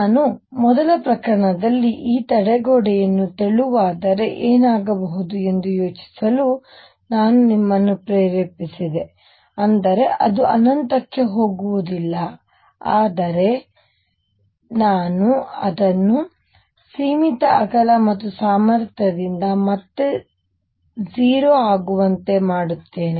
ನಾನು ಮೊದಲ ಪ್ರಕರಣದಲ್ಲಿ ಈ ತಡೆಗೋಡೆಯನ್ನು ತೆಳುವಾದರೆ ಏನಾಗಬಹುದು ಎಂದು ಯೋಚಿಸಲು ನಾನು ನಿಮ್ಮನ್ನು ಪ್ರೇರೇಪಿಸಿದೆ ಅಂದರೆ ಅದು ಅನಂತಕ್ಕೆ ಹೋಗುವುದಿಲ್ಲ ಆದರೆ ನಾನು ಅದನ್ನು ಸೀಮಿತ ಅಗಲ ಮತ್ತು ಸಾಮರ್ಥ್ಯದಿಂದ ಮತ್ತೆ 0 ಆಗುವಂತೆ ಮಾಡುತ್ತೇನೆ